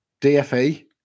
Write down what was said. DFE